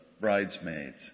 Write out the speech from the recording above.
bridesmaids